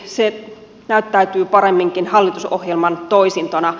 se näyttäytyy paremminkin hallitusohjelman toisintona